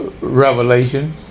revelation